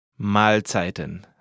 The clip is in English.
Mahlzeiten